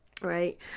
right